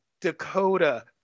Dakota